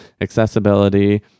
accessibility